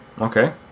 Okay